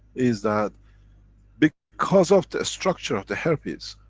is that because of the structure of the herpes,